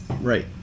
right